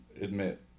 admit